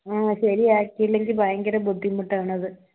ആ ശരിയാക്കിയില്ലെങ്കിൽ ഭയങ്കര ബുദ്ധിമുട്ട് ആണത്